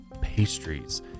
pastries